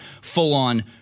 full-on